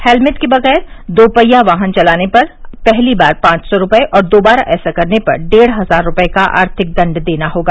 helmet के बगैर दोपहिया वाहन चलाने पर पहली बार पांच सौ रुपये और दोबारा ऐसा करने पर डेढ़ हजार रुपये का आर्थिक दंड देना होगा